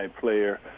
player